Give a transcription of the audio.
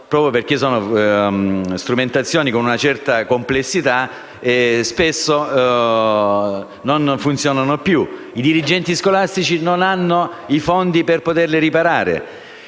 proprio perché sono strumentazioni di certa complessità, spesso non funzionano più ed i dirigenti scolastici non hanno i fondi per poterle riparare.